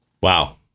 Wow